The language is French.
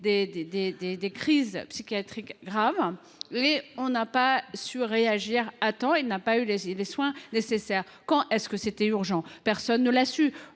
des crises psychiatriques graves ; on n’a pas su réagir à temps, il n’a pas reçu les soins nécessaires. Quand était ce urgent ? Personne ne l’a su